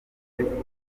by’ukuri